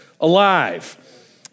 alive